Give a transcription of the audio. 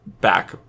back